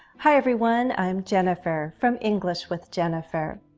hi everyone. i'm jennifer from english with jennifer.